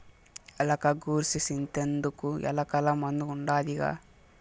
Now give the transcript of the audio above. ఎలక గూర్సి సింతెందుకు, ఎలకల మందు ఉండాదిగా